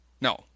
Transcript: No